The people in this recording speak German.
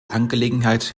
angelegenheit